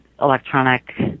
electronic